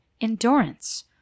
endurance